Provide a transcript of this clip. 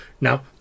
now